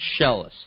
Shellis